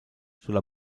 sulla